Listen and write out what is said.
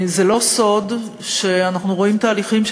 זה לא סוד שאנחנו רואים תהליכים,